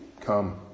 come